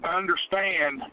understand